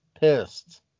Pissed